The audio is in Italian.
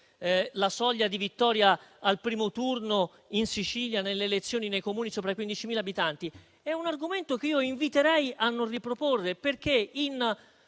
la soglia di vittoria al primo turno in Sicilia nelle elezioni dei Comuni sopra i 15.000 abitanti, è un argomento che inviterei a non riproporre. Lo